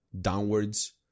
downwards